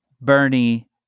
Bernie